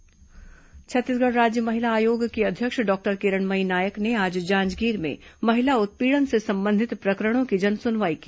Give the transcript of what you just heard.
महिला आयोग सुनवाई छत्तीसगढ़ राज्य महिला आयोग की अध्यक्ष डॉक्टर किरणमयी नायक ने आज जांजगीर में महिला उत्पीड़न से संबंधित प्रकरणों की जनसुनवाई की